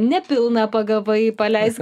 net pilną pagavai paleisk